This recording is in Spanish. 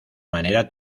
manera